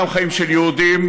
גם חיים של יהודים.